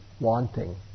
wanting